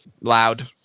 loud